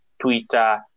Twitter